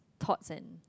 thoughts and